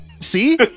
See